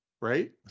Right